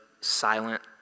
silent